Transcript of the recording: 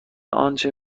آنچه